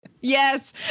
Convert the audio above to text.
Yes